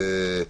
וכן,